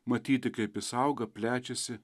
matyti kaip jis auga plečiasi